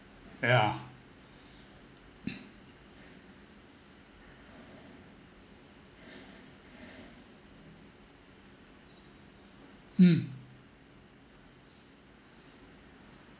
yeah mm